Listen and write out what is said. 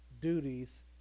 duties